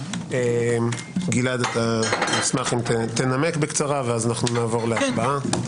גלעד, אשמח אם תנמק בקצרה, ונעבור להצבעה.